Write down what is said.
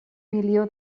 milió